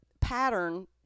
pattern